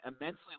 immensely